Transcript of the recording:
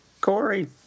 Corey